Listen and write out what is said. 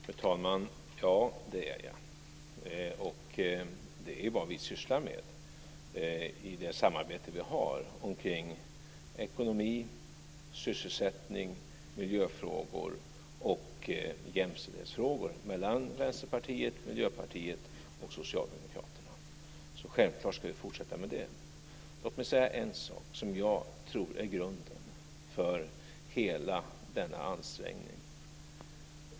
Fru talman! Ja, det är jag. Det är vad vi sysslar med i det samarbete vi har om ekonomi, sysselsättning, miljöfrågor och jämställdhetsfrågor mellan Självklart ska vi fortsätta med det. Låt mig nämna en sak som jag tror är grunden för hela denna ansträngning.